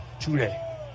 today